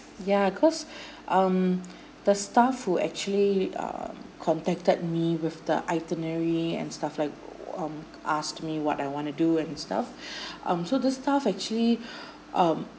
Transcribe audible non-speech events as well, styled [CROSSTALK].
yeah cause [BREATH] um the staff who actually uh contacted me with the itinerary and stuff like um asked me what I want to do and stuff [BREATH] um so the staff actually um